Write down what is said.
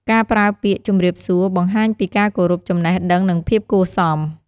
ការប្រើពាក្យ "ជម្រាបសួរ" បង្ហាញពីការគោរព ចំណេះដឹង និង ភាពគួរសម។